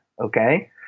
Okay